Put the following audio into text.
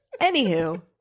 anywho